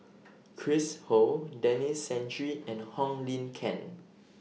Chris Ho Denis Santry and Wong Lin Ken